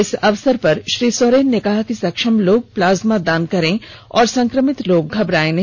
इस अवसर पर श्री सोरेन ने कहा कि सक्षम लोग प्लाज्मा दान करें और संक्रमित लोग घबड़ाये नहीं